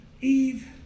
Eve